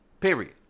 Period